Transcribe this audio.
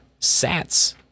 Sats